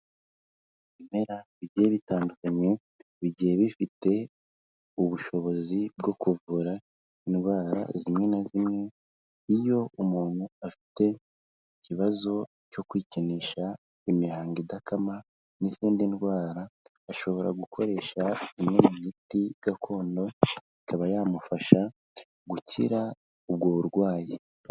Ibimera bigiye bitandukanye, bigiye bifite ubushobozi bwo kuvura indwara zimwe na zimwe, iyo umuntu afite ikibazo cyo kwikinisha, imihango idakama n'izindi ndwara ashobora gukoresha imwe mu miti gakondo, ikaba yamufasha gukira ubwo burwayi.